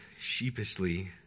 sheepishly